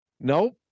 nope